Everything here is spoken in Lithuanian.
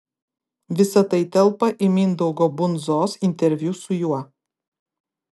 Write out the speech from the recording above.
visa tai telpa į mindaugo bundzos interviu su juo